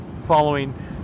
following